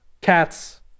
Cats